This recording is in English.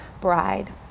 bride